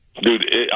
Dude